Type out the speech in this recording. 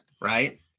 right